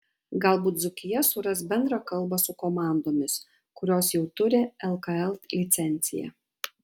galbūt dzūkija suras bendrą kalbą su komandomis kurios jau turi lkl licenciją